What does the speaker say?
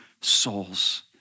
souls